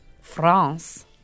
France